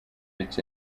its